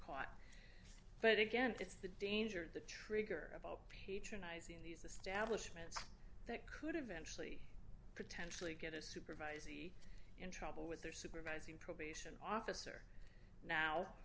caught but again it's the danger the trigger of all patronizing these the stablish ment's that could eventually potentially get a supervisee in trouble with their supervising probation officer now